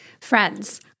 Friends